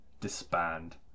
disband